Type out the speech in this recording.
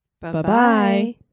Bye-bye